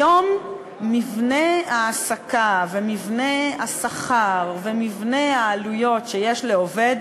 היום מבנה ההעסקה ומבנה השכר ומבנה העלויות שיש לעובד